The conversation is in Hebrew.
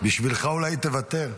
בשבילך אולי היא תוותר.